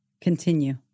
Continue